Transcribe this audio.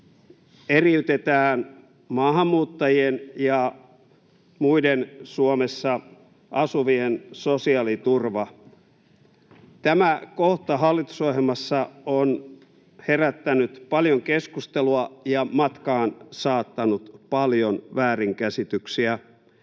eriytetään maahanmuuttajien ja muiden Suomessa asuvien sosiaaliturva. Tämä kohta hallitusohjelmassa on herättänyt paljon keskustelua ja matkaansaattanut paljon väärinkäsityksiä.